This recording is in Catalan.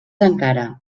encara